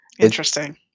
Interesting